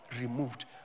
removed